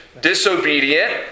disobedient